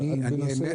ואז תנסה,